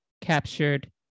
captured